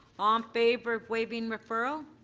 um favor of waiving referral.